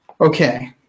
Okay